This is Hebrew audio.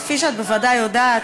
כפי שאת בוודאי יודעת,